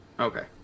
okay